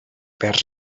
vers